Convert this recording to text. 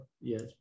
yes